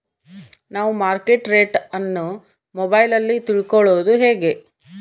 ನಾವು market rate ಅನ್ನು ಮೊಬೈಲಲ್ಲಿ ತಿಳ್ಕಳೋದು ಹೇಗೆ?